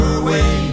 away